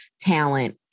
talent